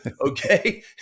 Okay